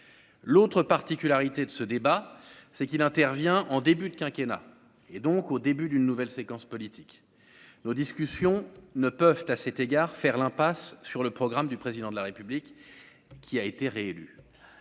l'autre particularité de ce débat, c'est qu'il intervient en début de quinquennat et donc au début d'une nouvelle séquence politique nos discussions ne peuvent, à cet égard, faire l'impasse sur le programme du président de la République qui a été réélu,